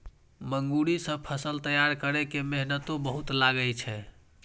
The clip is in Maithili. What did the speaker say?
मूंगरी सं फसल तैयार करै मे मेहनतो बहुत लागै छै